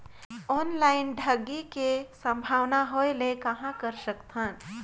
Online ठगी के संभावना होय ले कहां कर सकथन?